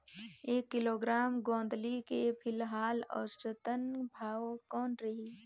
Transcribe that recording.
एक किलोग्राम गोंदली के फिलहाल औसतन भाव कौन रही?